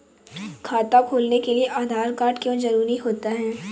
खाता खोलने के लिए आधार कार्ड क्यो जरूरी होता है?